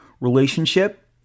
relationship